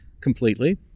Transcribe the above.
completely